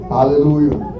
Hallelujah